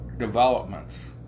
developments